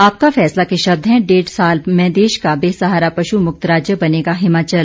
आपका फैसला के शब्द हैं डेढ़ साल में देश का बेसहारा पशु मुक्त राज्य बनेगा हिमाचल